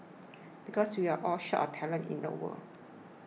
because we are all short of talent in the world